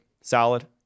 solid